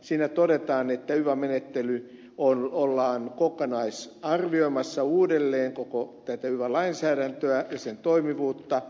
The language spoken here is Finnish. siinä todetaan että yva menettely ollaan arvioimassa uudelleen koko tämä yva lainsäädäntö ja sen toimivuus